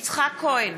יצחק כהן,